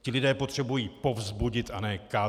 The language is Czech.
Ti lidé potřebují povzbudit a ne kádrovat.